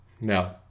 No